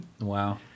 Wow